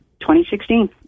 2016